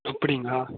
அப்படிங்களா